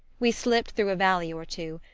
we slipped through a valley or two,